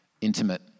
intimate